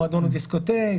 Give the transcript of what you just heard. מועדון דיסקוטק,